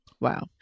wow